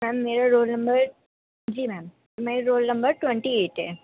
میم میرا roll number جی ma'am میرا رول نمبر ٹوینٹی ایٹ ہے